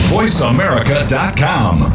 VoiceAmerica.com